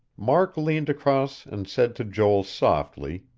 mark leaned across and said to joel softly,